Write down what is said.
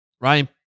Ryan